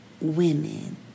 women